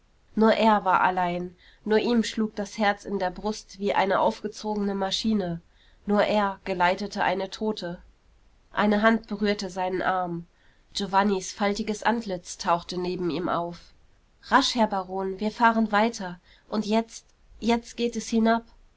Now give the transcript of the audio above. nur er war allein nur ihm schlug das herz in der brust wie eine aufgezogene maschine nur er geleitete eine tote eine hand berührte seinen arm giovannis faltiges antlitz tauchte neben ihm auf rasch herr baron wir fahren weiter und jetzt jetzt geht es hinab